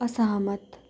असहमत